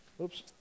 Oops